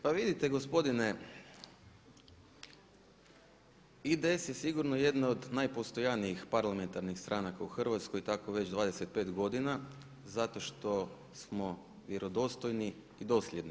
Pa vidite gospodine, IDS je sigurno jedno od najpostojanijih parlamentarnih stranaka u Hrvatskoj i tako već 25 godina zato što smo vjerodostojni i dosljedni.